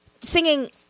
Singing